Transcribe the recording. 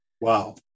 wow